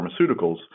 Pharmaceuticals